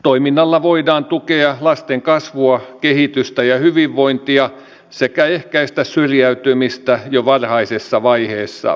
toiminnalla voidaan tukea lasten kasvua kehitystä ja hyvinvointia sekä ehkäistä syrjäytymistä jo varhaisessa vaiheessa